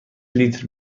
لیتر